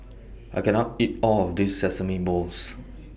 I can't eat All of This Sesame Balls